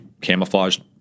camouflaged